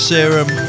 Serum